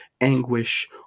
anguish